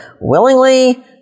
willingly